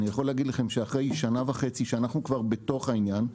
אני יכול להגיד לכם שאחרי שנה וחצי שאנחנו כבר בתוך העניין,